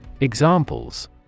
Examples